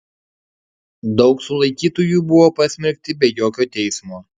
daug sulaikytųjų buvo pasmerkti be jokio teismo